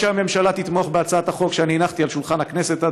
ראוי שהממשלה תתמוך בהצעת החוק שאני הנחתי על שולחן הכנסת,